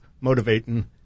motivating